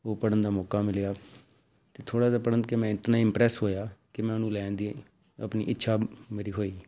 ਉਹ ਪੜ੍ਹਨ ਦਾ ਮੌਕਾ ਮਿਲਿਆ ਥੋੜ੍ਹਾ ਜਿਹਾ ਪੜ੍ਹਨ ਕੇ ਮੈਂ ਇਤਨਾ ਇੰਮਪਰੈਸ ਹੋਇਆ ਕਿ ਮੈਂ ਉਹਨੂੰ ਲੈਣ ਦੀ ਆਪਣੀ ਇੱਛਾ ਮੇਰੀ ਹੋਈ